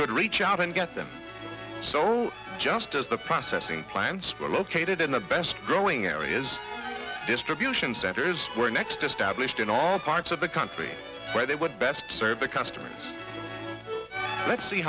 could reach out and get them sold just as the processing plants were located in the best growing areas distribution centers were next established in all parts of the country where they would best serve the customers let's see